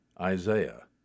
Isaiah